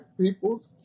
people